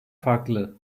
farklı